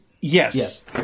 Yes